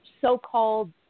so-called